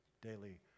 daily